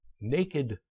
naked